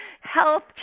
health